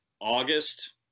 August